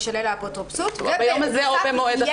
תישלל ממנו האפוטרופסות ובנוסף תהיה